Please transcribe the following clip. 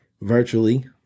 virtually